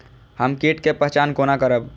हम कीट के पहचान कोना करब?